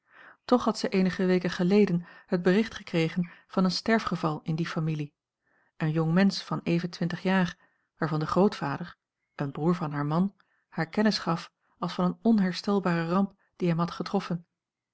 toch had zij eenige weken geleden het bericht gekregen van een sterfgeval in die familie een jong mensch van even twintig jaar waarvan de grootvader een broer van haar man haar kennis gaf als van eene onherstelbare ramp die hem had getroffen